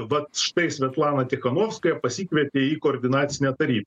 vat štai svetlana tychanovskaja pasikvietė į koordinacinę tarybą